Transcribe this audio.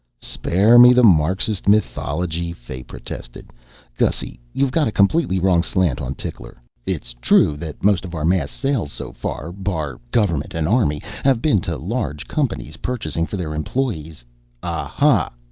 spare me the marxist mythology, fay protested gussy, you've got a completely wrong slant on tickler. it's true that most of our mass sales so far, bar government and army, have been to large companies purchasing for their employees ah-ha!